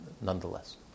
nonetheless